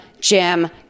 Jim